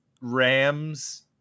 Rams